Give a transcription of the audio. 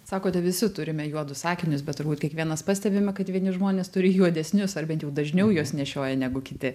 sakote visi turime juodus akinius bet turbūt kiekvienas pastebime kad vieni žmonės turi juodesnius ar bent jau dažniau juos nešioja negu kiti